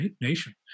nation